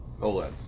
OLED